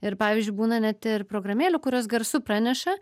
ir pavyzdžiui būna net ir programėlių kurios garsu praneša